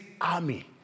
army